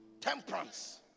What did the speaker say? temperance